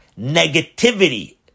negativity